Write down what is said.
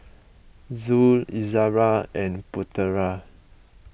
Zul Izara and Putera